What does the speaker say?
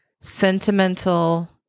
sentimental